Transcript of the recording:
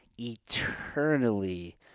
eternally